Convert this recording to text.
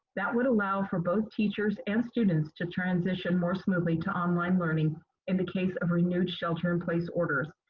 that would allow for both teachers and students to transition more smoothly to online learning in the case of renewed shelter in place orders.